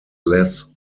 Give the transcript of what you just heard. less